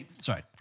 Sorry